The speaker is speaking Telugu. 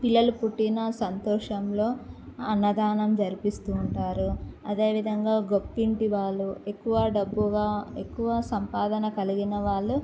పిల్లలు పుట్టిన సంతోషంలో అన్నదానం జరిపిస్తూ ఉంటారు అదేవిధంగా గొప్పింటి వాళ్ళు ఎక్కువ డబ్బుగా ఎక్కువ సంపాదన కలిగిన వాళ్ళు